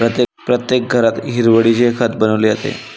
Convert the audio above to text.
प्रत्येक घरात हिरवळीचे खत बनवले जाते